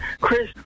Chris